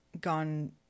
gone